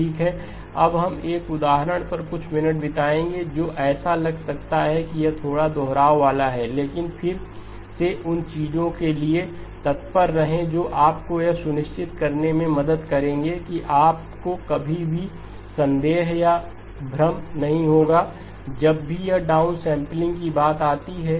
ठीक है अब हम एक उदाहरण पर कुछ मिनट बिताएंगे जो ऐसा लग सकता है कि यह थोड़ा दोहराव वाला है लेकिन फिर से उन चीजों के लिए तत्पर रहें जो आपको यह सुनिश्चित करने में मदद करेंगे कि आपको कभी भी संदेह या भ्रम नहीं होगा जब भी यह डाउनस्मैपलिंग की बात आती है